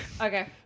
Okay